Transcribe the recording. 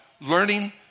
learning